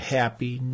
happy